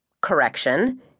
Correction